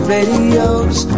Radios